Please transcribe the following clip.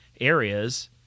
areas